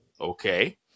okay